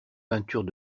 peintures